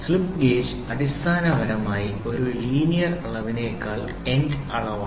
slip gauge അടിസ്ഥാനപരമായി ഒരു linear അളവിനേക്കാൾ ഏൻഡ് അളവാണ്